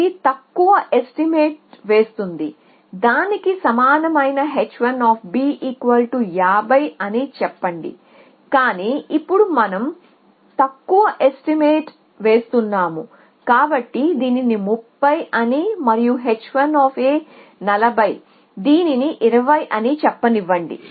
ఇది తక్కువ ఎస్టిమేట్ వేస్తుంది దానికి సమానమైన h150 అని చెప్పండి కాని ఇప్పుడు మనం తక్కువ ఎస్టిమేట్ వేస్తున్నాము కాబట్టి దీనిని 30 అని మరియు h140 దీనిని 20 అని చెప్పనివ్వండి